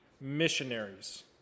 missionaries